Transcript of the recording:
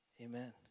Amen